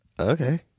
Okay